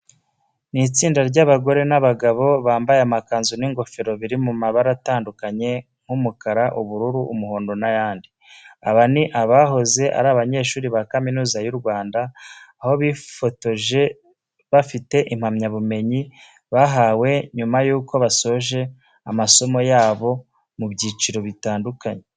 Ni itsinda ry'abagore n'abagabo bambaye amakanzu n'ingofero biri mu mabara atandukanye nk'umukara, ubururu, umuhondo n'ayandi. Aba ni abahoze ari abanyeshuri ba Kaminuza y'u Rwanda, aho bifotoje bafite impamyabumenyi bahawe nyuma y'uko basoje amasomo yabo mu byiciro bitandukanye.